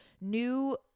new